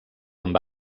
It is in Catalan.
amb